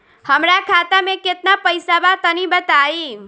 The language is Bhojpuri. हमरा खाता मे केतना पईसा बा तनि बताईं?